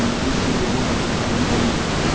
which we were one of the pioneer winners.